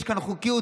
יש כאן חוקיות?